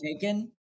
taken